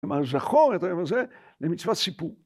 כלומר זכור את היום הזה למצוות סיפור.